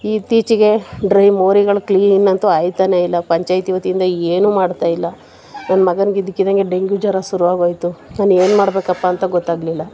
ಇತ್ತೀಚೆಗೆ ಡ್ರೈ ಮೋರಿಗಳು ಕ್ಲೀನ್ ಅಂತು ಆಯ್ತನೇ ಇಲ್ಲ ಪಂಚಾಯಿತಿ ವತಿಯಿಂದ ಏನು ಮಾಡ್ತಾಯಿಲ್ಲ ನನ್ನ ಮಗನಿಗೆ ಇದ್ದಕ್ಕಿದ್ದಂತೆ ಡೆಂಗ್ಯು ಜ್ವರ ಶುರುವಾಗೋಯ್ತು ನಾನು ಏನು ಮಾಡಬೇಕಪ್ಪ ಅಂತ ಗೊತ್ತಾಗಲಿಲ್ಲ